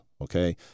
okay